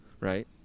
right